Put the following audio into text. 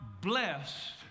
blessed